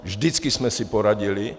Vždycky jsme si poradili.